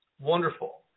wonderful